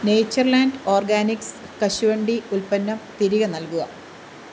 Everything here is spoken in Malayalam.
നേച്ചർലാൻഡ് ഓർഗാനിക്സ് കശുവണ്ടി ഉൽപ്പന്നം തിരികെ നൽകുക